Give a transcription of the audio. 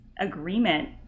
agreement